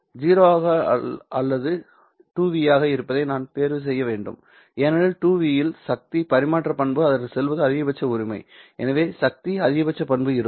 0 ஆக அல்லது 2V ஆக இருப்பதை நான் தேர்வு செய்ய வேண்டும் ஏனெனில் 2V இல் சக்தி பரிமாற்ற பண்பு அதற்குச் செல்வது அதிகபட்ச உரிமை எனவே சக்திக்கு அதிகபட்ச பண்பு இருக்கும்